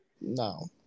No